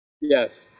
Yes